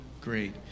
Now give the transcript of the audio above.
great